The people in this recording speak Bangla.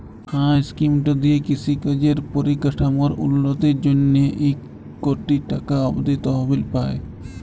হাঁ ইস্কিমট দিঁয়ে কিষি কাজের পরিকাঠামোর উল্ল্যতির জ্যনহে ইক কটি টাকা অব্দি তহবিল পায়